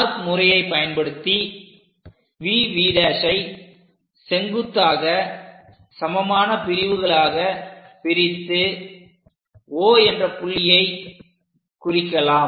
arc முறையை பயன்படுத்தி VVஐ செங்குத்தாக சமமான பிரிவுகளாக பிரித்து O என்ற புள்ளியை குறிக்கலாம்